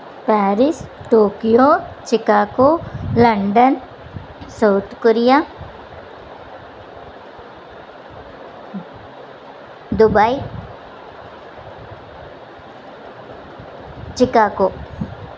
Paris Tokyo Chicago London South Korea Dubai Chicago